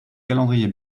calendrier